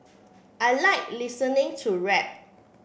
I like listening to rap